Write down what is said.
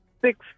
Six